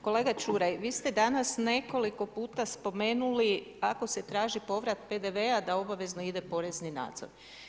Kolega Čuraj, vi ste danas nekoliko puta spomenuli ako se traži povrat PDV-a da obavezno ide porezni nadzor.